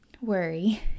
worry